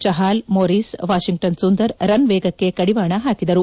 ಚಪಾಲ್ Morris Washington Sundar run ವೇಗಕ್ಕೆ ಕಡಿವಾಣ ಹಾಕಿದರು